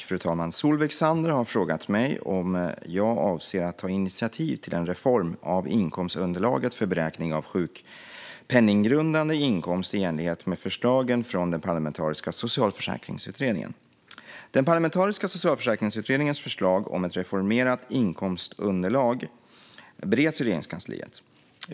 Fru talman! Solveig Zander har frågat mig om jag avser att ta initiativ till en reform av inkomstunderlaget för beräkning av sjukpenninggrundande inkomst i enlighet med förslagen från den parlamentariska socialförsäkringsutredningen. Den parlamentariska socialförsäkringsutredningens förslag om ett reformerat inkomstunderlag bereds i Regeringskansliet.